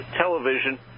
television